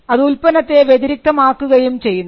അത് ഉൽപ്പന്നത്തെ വ്യതിരിക്തമാക്കുകയും ചെയ്യുന്നു